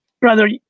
Brother